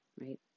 right